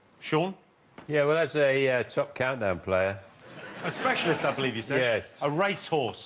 sean yeah, well, that's a top countdown player a specialist not believe you say yes a racehorse